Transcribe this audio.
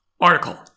article